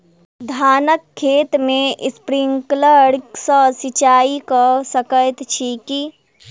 धानक खेत मे स्प्रिंकलर सँ सिंचाईं कऽ सकैत छी की?